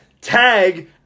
tag